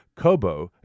Kobo